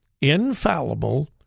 infallible